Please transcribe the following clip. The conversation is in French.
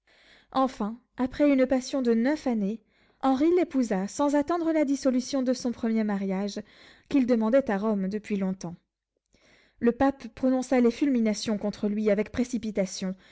enfin après une passion de neuf années henry l'épousa sans attendre la dissolution de son premier mariage qu'il demandait à rome depuis longtemps le pape prononça les fulminations contre lui avec précipitation